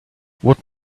what